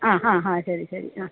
ആ ഹാ ഹാ ശരി ശരി ആ